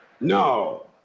No